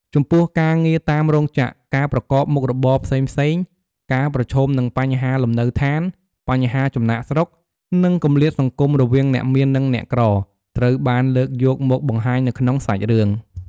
ចំពោះការងារតាមរោងចក្រ ការប្រកបមុខរបរផ្សេងៗ ការប្រឈមនឹងបញ្ហាលំនៅឋាន បញ្ហាចំណាកស្រុក និងគម្លាតសង្គមរវាងអ្នកមាននិងអ្នកក្រ ត្រូវបានលើកយកមកបង្ហាញនៅក្នុងសាច់រឿង ។